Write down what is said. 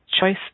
choice